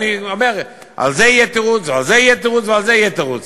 אני אומר: על זה יהיה תירוץ או על זה יהיה תירוץ,